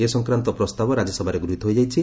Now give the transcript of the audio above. ଏ ସଂକ୍ରାନ୍ତୀୟ ପ୍ରସ୍ତାବ ରାଜ୍ୟସଭାରେ ଗୃହିତ ହୋଇଯାଇଛି